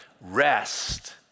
Rest